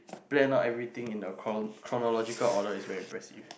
plan out everything in a chro~ chronological order is very impressive